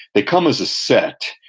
they come as a set.